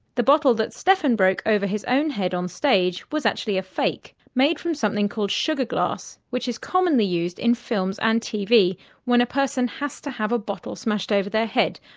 the bottle that stefan broke over his own head on stage was actually a fake, made from something called sugar glass, which is commonly used in films and tv when a person had to have a bottle smashed over their head,